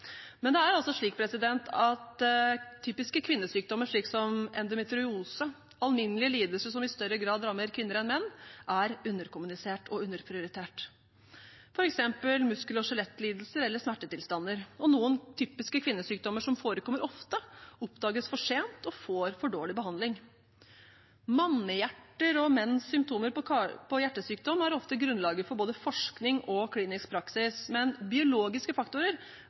Men det er slik at typiske kvinnesykdommer, slik som endometriose, alminnelige lidelser som i større grad rammer kvinner enn menn, er underkommunisert og underprioritert, f.eks. muskel- og skjelettlidelser eller smertetilstander, og noen typiske kvinnesykdommer som forekommer ofte, oppdages for sent og får for dårlig behandling. Mannehjerter og menns symptomer på hjertesykdom er ofte grunnlaget for både forskning og klinisk praksis, men biologiske faktorer